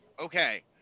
Okay